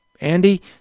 Andy